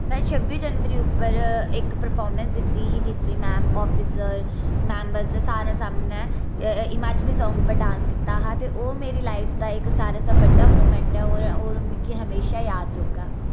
में छब्बी जनबरी उप्पर इक परफारमेंस दित्ती ही डीसी मैम आफिसर मैम्बर च सारे सामनै हिमाचली सांग उप्पर डान्स कीता हा ते ओह् मेरी लाइफ दा इक सारे शा बड़ा मोमेन्ट हा होर मिगी हमेशा जाद रौह्गा